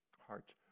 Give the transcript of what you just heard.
hearts